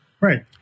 Right